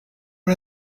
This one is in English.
are